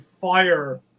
fire